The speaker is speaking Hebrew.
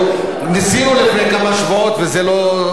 ניסינו לפני כמה שבועות וזה לא צלח.